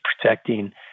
protecting